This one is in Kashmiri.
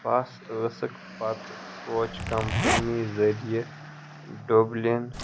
بس ٲسٕکھ پتہٕ کوچ کمپٔنی ذٔریعہٕ ڈُبلِن